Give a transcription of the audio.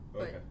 Okay